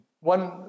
one